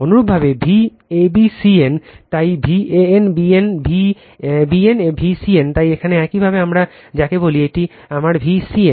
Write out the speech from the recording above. অনুরূপভাবে Vabcn তাই Van Vbn Vcn তাই এখানে একইভাবে আমরা যাকে বলি এটি আমার Vcn